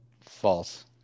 False